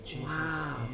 Wow